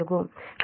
కాబట్టి ఇది j0